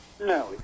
No